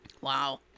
Wow